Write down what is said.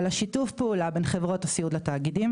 על השיתוף פעולה בין חברות הסיעוד לתאגידים.